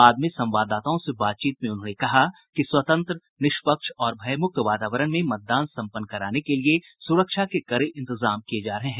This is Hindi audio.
बाद में संवाददाताओं से बातचीत में उन्होंने कहा कि स्वतंत्र निष्पक्ष और भयमुक्त वातावरण में मतदान सम्पन्न कराने के लिये सुरक्षा के कड़े इंतजाम किये जा रहे हैं